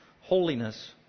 holiness